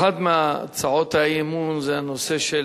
רבותי, אחת מהצעות האי-אמון היא בנושא של